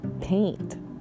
Paint